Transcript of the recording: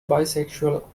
bisexual